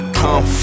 come